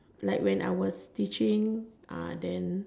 like when I was teaching uh then